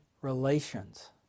relations